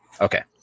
Okay